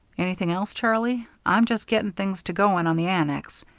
anything else, charlie? i'm just getting things to going on the annex.